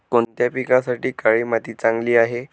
कोणत्या पिकासाठी काळी माती चांगली आहे?